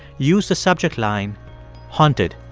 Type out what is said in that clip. use the subject line haunted.